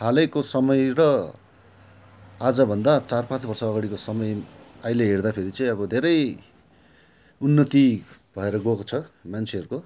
हालैको समय र आजभन्दा चार पाँच वर्ष अगाडिको समय अहिले हेर्दाखेरि चाहिँ अब धेरै उन्नति भएर गएको छ मान्छेहरूको